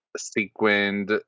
sequined